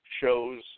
shows